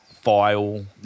file